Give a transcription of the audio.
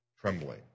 trembling